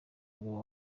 umugabo